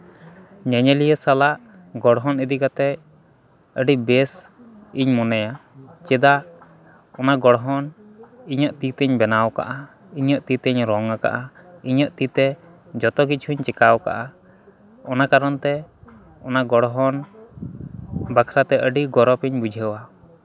ᱧᱮᱧᱮᱞᱤᱭᱟᱹ ᱥᱟᱞᱟᱜ ᱜᱚᱲᱦᱚᱱ ᱤᱫᱤ ᱠᱟᱛᱮᱫ ᱟᱹᱰᱤ ᱵᱮᱥ ᱤᱧ ᱢᱚᱱᱮᱭᱟ ᱪᱮᱫᱟᱜ ᱚᱱᱟ ᱜᱚᱲᱦᱚᱱ ᱤᱧᱟᱹᱜ ᱛᱤᱛᱤᱧ ᱵᱮᱱᱟᱣ ᱠᱟᱜᱼᱟ ᱤᱧᱟᱹᱜ ᱛᱤ ᱛᱮᱧᱨᱚᱝ ᱠᱟᱜᱼᱟ ᱤᱧᱟᱹᱜ ᱛᱤ ᱛᱮ ᱡᱚᱛᱚ ᱠᱤᱪᱷᱩᱧ ᱪᱤᱠᱟᱣ ᱠᱟᱜᱼᱟ ᱚᱱᱟ ᱠᱟᱨᱚᱱ ᱛᱮ ᱚᱱᱟ ᱜᱚᱲᱦᱚᱱ ᱵᱟᱠᱷᱨᱟ ᱛᱮ ᱟᱹᱰᱤ ᱜᱚᱨᱚᱵᱽ ᱤᱧ ᱵᱩᱡᱷᱟᱹᱣᱟ